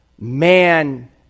man